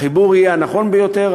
החיבור יהיה הנכון ביותר,